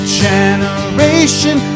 generation